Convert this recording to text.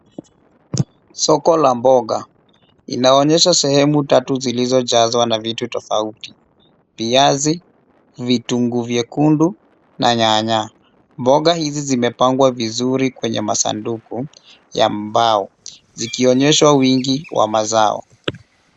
Soko la mboga inaonyesha sehemu tatu zilizojazwa na vitu tofauti viazi, vitunguu vyekundu na nyanya. Mboga hizi zimepangwa vizuri kwenye masanduku ya mbao zikionyesha wingi wa mazao.